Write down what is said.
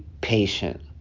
patient